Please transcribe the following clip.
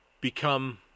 become